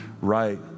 right